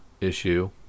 issue